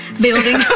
Building